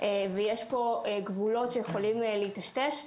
ויש פה גבולות שיכולים להיטשטש.